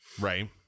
Right